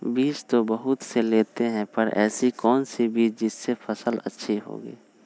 बीज तो बहुत सी लेते हैं पर ऐसी कौन सी बिज जिससे फसल अच्छी होगी?